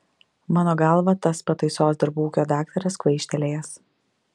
mano galva tas pataisos darbų ūkio daktaras kvaištelėjęs